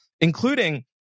including